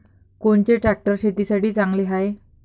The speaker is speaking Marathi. कोनचे ट्रॅक्टर शेतीसाठी चांगले हाये?